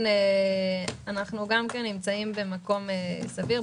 אנחנו גם כן נמצאים במקום סביר.